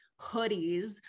hoodies